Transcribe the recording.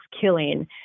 killing